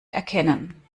erkennen